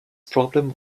problem